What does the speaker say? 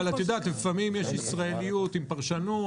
את יודעת, לפעמים יש ישראליות עם פרשנות.